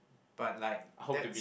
but like that's